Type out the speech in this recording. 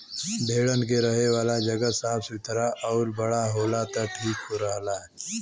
भेड़न के रहे वाला जगह साफ़ सुथरा आउर बड़ा होला त ठीक रहला